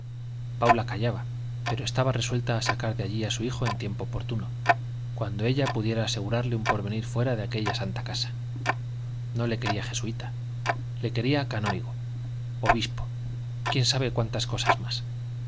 paula callaba pero estaba resuelta a sacar de allí a su hijo en tiempo oportuno cuando ella pudiera asegurarle un porvenir fuera de aquella santa casa no le quería jesuita le quería canónigo obispo quién sabe cuántas cosas más